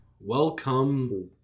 Welcome